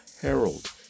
herald